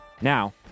Now